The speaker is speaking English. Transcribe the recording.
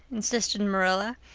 insisted marilla.